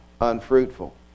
unfruitful